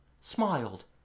smiled